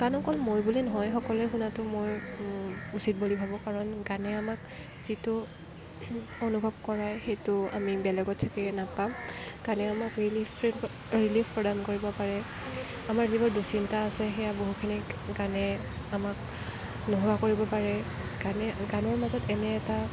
গান অকল মই বুলিয়েই নহয় সকলোৱে শুনাতো মই উচিত বুলি ভাৱো কাৰণ গানে আমাক যিটো অনুভৱ কৰাই সেইটো আমি বেলেগত চাগে নাপাঁও গানে আমাক ৰিলিফ ৰিলিফ প্ৰদান কৰিব পাৰে আমাৰ যিবোৰ দুঃচিন্তা আছে সেইয়া বহুখিনি গানে আমাক নোহোৱা কৰিব পাৰে গানে গানৰ মাজত এনে এটা